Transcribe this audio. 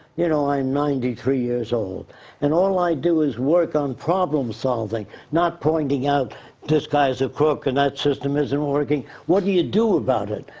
you know, i'm ninety three years old and all i do is work on problem solving. not pointing out this guy is a crook and that system isn't working. what do you do about it?